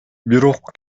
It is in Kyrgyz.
бирок